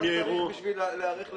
כמה צריך בשביל להיערך לזה?